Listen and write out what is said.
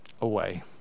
away